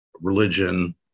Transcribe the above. religion